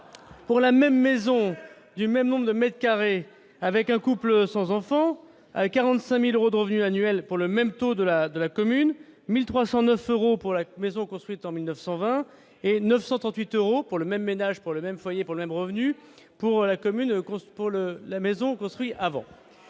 pour la même maison du même nombre de m2 avec un couple sans enfant à 45000 euros de revenus annuels pour le même taux de la de la commune 1000 300 9 euros pour la maison, construite en 1920 et 938 euros pour le même ménage pour le même foyer problème revenus pour la commune, conçue pour